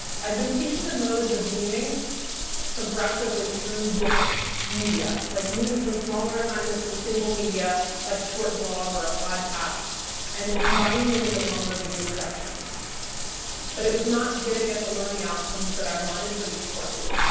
i'd been teaching the modes of meaning progressively through different media like moving from smaller assignments and single media like a short blog or a podcast and then combining them into longer video productions but it was not getting at the learning outcomes that i wanted for these courses,